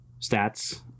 stats